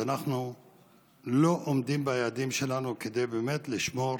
שאנחנו לא עומדים ביעדים שלנו כדי באמת לשמור